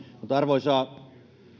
arvoisa